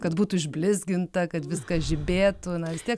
kad būtų išblizginta kad viskas žibėtų na vistiek